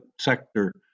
sector